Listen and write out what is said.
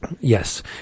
Yes